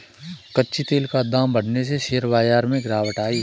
कच्चे तेल का दाम बढ़ने से शेयर बाजार में गिरावट आई